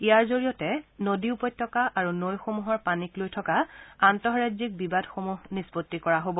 ইয়াৰ জড়িয়তে নদী উপত্যকা আৰু নৈসমূহৰ পানীক লৈ থকা আন্তঃৰাজ্যিক বিবাদসমূহ নিষ্পত্তি কৰা হ'ব